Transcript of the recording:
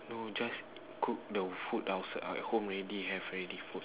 no just cook the food out at home already have already food